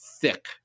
thick